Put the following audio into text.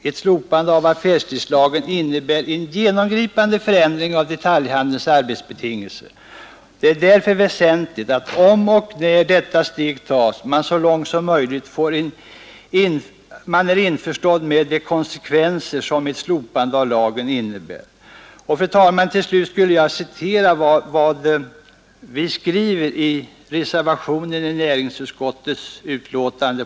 Ett slopande av affärstidslagen innebär en genomgripande förändring av detaljhandelns arbetsbetingelser. Det är därför väsentligt att, om och när detta steg tas, man så långt som möjligt är införstådd med de konsekvenser som ett slopande av lagen innebär. Fru talman! Till slut vill jag göra ett citat ur reservationen på s. 13 i näringsutskottets betänkande.